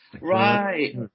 right